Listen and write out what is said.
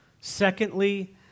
Secondly